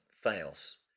fails